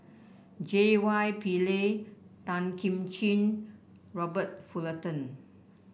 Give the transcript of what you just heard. J Y Pillay Tan Kim Ching Robert Fullerton